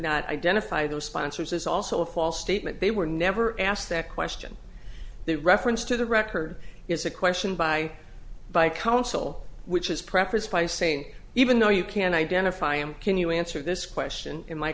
not identify those sponsors is also a false statement they were never asked that question the reference to the record is a question by by counsel which is preface by saying even though you can identify him can you answer this question in my